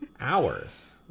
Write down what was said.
hours